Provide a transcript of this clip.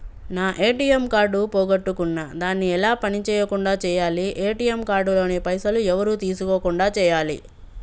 నా ATM card పోగొట్టుకున్నా దాన్ని ఎలా పని చేయకుండా చేయాలి ఏ.టి.ఎమ్ కార్డు లోని పైసలు ఎవరు తీసుకోకుండా చేయాలి?